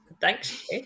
Thanks